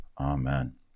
Amen